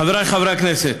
חבריי חברי הכנסת,